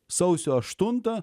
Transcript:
sausio aštuntą